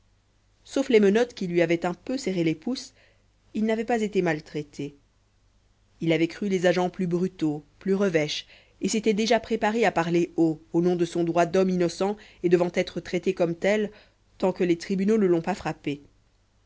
sauf les menottes qui lui avaient un peu serré les pouces il n'avait pas été maltraité il avait cru les agents plus brutaux plus revêches et s'était déjà préparé à parler haut au nom de son droit d'homme innocent et devant être traité comme tel tant que les tribunaux ne l'ont pas frappé